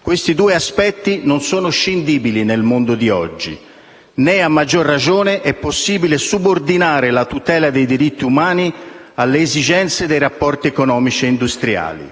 Questi due aspetti non sono scindibili nel mondo di oggi, né, a maggior ragione, è possibile subordinare la tutela dei diritti umani alle esigenze dei rapporti economici e industriali.